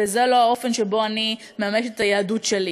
וזה לא האופן שבו אני מממשת את היהדות שלי.